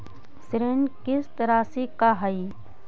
ऋण किस्त रासि का हई?